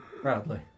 Proudly